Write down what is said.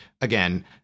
again